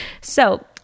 So-